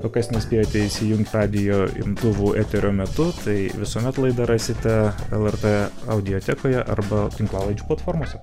o kas nuspėjote įsijungt radijo imtuvų eterio metu tai visuomet laidą rasite lrt audiotekoje arba tinklalaidžių platformose